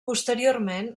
posteriorment